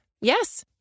Yes